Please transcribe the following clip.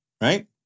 Right